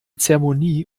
zeremonie